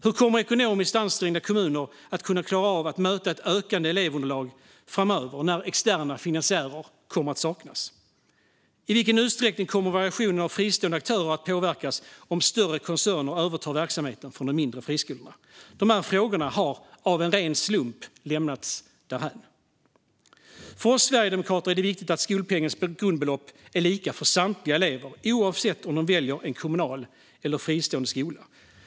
Hur kommer ekonomiskt ansträngda kommuner att kunna klara av att möta ett ökande elevunderlag framöver när externa finansiärer kommer att saknas? I vilken utsträckning kommer variationen av fristående aktörer att påverkas om större koncerner övertar verksamheten från de mindre friskolorna? Dessa frågor har av en ren slump lämnats därhän. För oss sverigedemokrater är det viktigt att skolpengens grundbelopp är lika för samtliga elever, oavsett om de väljer en kommunal skola eller om de väljer en fristående skola.